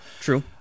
true